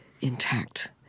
intact